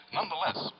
Nonetheless